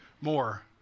more